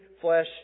flesh